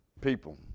people